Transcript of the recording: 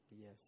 Yes